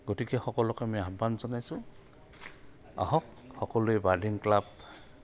গতিকে সকলোকে আমি আহ্বান জনাইছোঁ আহক সকলোৱে বাৰ্ডিং ক্লাব